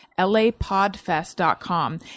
LAPODFest.com